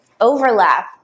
overlap